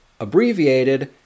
abbreviated